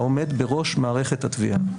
העומד בראש מערכת התביעה,